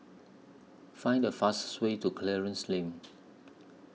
Find The fastest Way to Clarence Lane